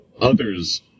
others